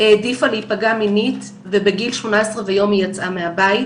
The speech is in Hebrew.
העדיפה להיפגע מינית ובגיל 18 ויום היא יצאה מהבית,